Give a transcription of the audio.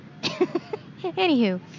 Anywho